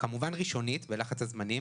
קיבלנו אותם.